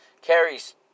Carries